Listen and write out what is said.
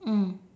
mm